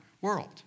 world